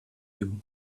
you